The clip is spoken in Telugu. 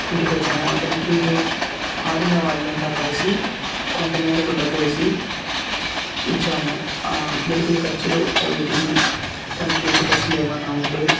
ఇంటికి వచ్చాము అతనికి ఆడిన వాళ్ళంత కలిసి కొంతమేరకు డబ్బు వేసి ఇచ్చాము మెడికల్ ఖర్చులు అయ్యేటివి తనకి ఇంటి ఖర్చులు ఏమన్నా ఉంటే